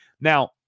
Now